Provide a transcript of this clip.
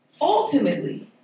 Ultimately